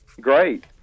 Great